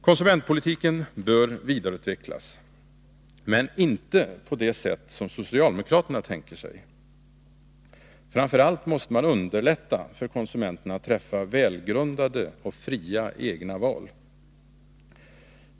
Konsumentpolitiken bör vidareutvecklas, men inte på det sätt som socialdemokraterna tänker sig. Framför allt måste man underlätta för konsumenterna att träffa välgrundade och fria egna val.